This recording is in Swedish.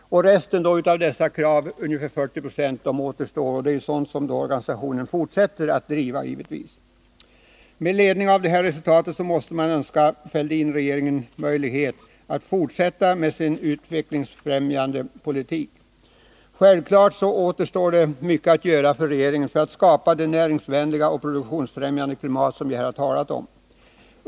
Resten av dessa krav — ungefär 40 Jo — är sådana som organisationen givetvis fortsätter att driva. Mot bakgrund av detta resultat måste man önska att regeringen Fälldin får möjlighet att fortsätta med sin utvecklingsbefrämjande politik. Självfallet återstår mycket att göra för regeringen när det gäller att skapa det näringsvänliga och produktionsfrämjande klimat som jag här har talat om.